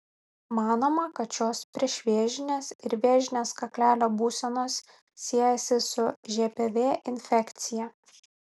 manoma kad šios priešvėžinės ir vėžinės kaklelio būsenos siejasi su žpv infekcija